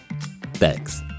thanks